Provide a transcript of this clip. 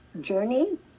journey